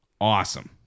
Awesome